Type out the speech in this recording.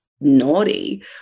naughty